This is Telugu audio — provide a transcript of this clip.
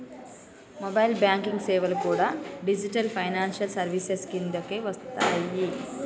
మొబైల్ బ్యేంకింగ్ సేవలు కూడా డిజిటల్ ఫైనాన్షియల్ సర్వీసెస్ కిందకే వస్తయ్యి